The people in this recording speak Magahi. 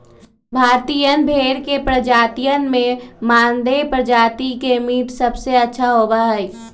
भारतीयन भेड़ के प्रजातियन में मानदेय प्रजाति के मीट सबसे अच्छा होबा हई